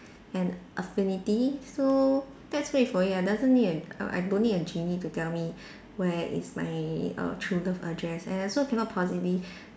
and affinity so just wait for it doesn't mean I I don't need a genie to tell me where is my err true love address and I also cannot possibly